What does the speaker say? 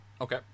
Okay